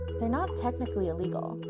they're not technically illegal.